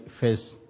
face